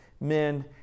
men